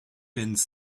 pins